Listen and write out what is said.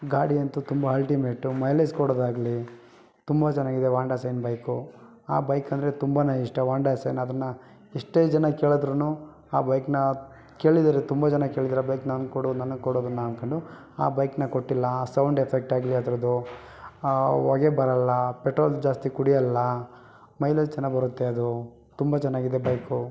ಗಾಡಿ ಅಂತೂ ತುಂಬ ಅಲ್ಟಿಮೇಟು ಮೈಲೇಜ್ ಕೊಡೋದಾಗಲಿ ತುಂಬ ಚೆನ್ನಾಗಿದೆ ಹೋಂಡಾ ಸೈನ್ ಬೈಕು ಆ ಬೈಕ್ ಅಂದರೆ ತುಂಬನೇ ಇಷ್ಟ ಹೋಂಡಾ ಸೈನ್ ಅದನ್ನು ಎಷ್ಟೇ ಜನ ಕೇಳಿದ್ರೂ ಆ ಬೈಕ್ನ ಕೇಳಿದ್ದಾರೆ ತುಂಬ ಜನ ಕೇಳಿದ್ದಾರೆ ಆ ಬೈಕ್ ನನಗೆ ಕೊಡು ನನಗೆ ಕೊಡು ಅದನ್ನು ಅಂದ್ಕೊಂಡು ಆ ಬೈಕ್ನ ಕೊಟ್ಟಿಲ್ಲ ಆ ಸೌಂಡ್ ಎಫೆಕ್ಟ್ ಆಗಲಿ ಅದ್ರದ್ದು ಹೊಗೆ ಬರಲ್ಲ ಪೆಟ್ರೋಲ್ ಜಾಸ್ತಿ ಕುಡಿಯಲ್ಲ ಮೈಲೇಜ್ ಚೆನ್ನಾಗಿ ಬರುತ್ತೆ ಅದು ತುಂಬ ಚೆನ್ನಾಗಿದೆ ಬೈಕು